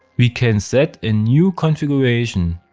we can set a new configuration.